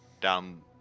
down